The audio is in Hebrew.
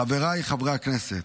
חבריי חברי הכנסת,